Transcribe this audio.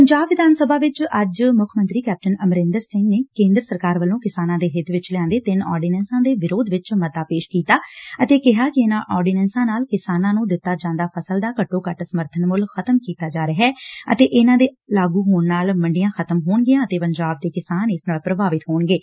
ਪੰਜਾਬ ਵਿਧਾਨ ਸਭਾ ਵਿਚ ਅੱਜ ਮੁੱਖ ਮੰਤਰੀ ਕੈਪਟਨ ਅਮਰਿੰਦਰ ਸਿੰਘ ਨੇ ਕੇ'ਦਰ ਸਰਕਾਰ ਵੱਲੋ' ਕਿਸਾਨਾਂ ਦੇ ਹਿੱਤ ਚ ਲਿਆਂਦੇ ਤਿੰਨ ਆਰਡੀਨੈਂਸਾਂ ਦੇ ਵਿਰੋਧ ਵਿਚ ਮੱਤਾ ਪੇਸ਼ ਕੀਤਾ ਅਤੇ ਕਿਹਾ ਕਿ ਇਨੁਾਂ ਆਰਡੀਨੈਂਸਾਂ ਨਾਲ ਕਿਸਾਨਾਂ ਨੂੰ ਦਿੱਤਾ ਜਾਂਦਾ ਫਸਲ ਦਾ ਘੱਟੋ ਘੱਟ ਸਮਰਥਨ ਮੁੱਲ ਖ਼ਤਮ ਕੀਤਾ ਜਾ ਰਿਹੈ ਅਤੇ ਇਨਾਂ ਦੇ ਲਾਗੁੱ ਹੋਣ ਨਾਲ ਮੰਡੀਆਂ ਖ਼ਤਮ ਹੋਣਗੀਆਂ ਅਤੇ ਪੰਜਾਬ ਦੇ ਕਿਸਾਨ ਇਸ ਨਾਲ ਪ੍ਰਭਾਵਿਤ ਹੋਣਗੇ